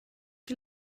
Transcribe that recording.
die